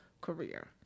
career